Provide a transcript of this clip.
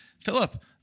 Philip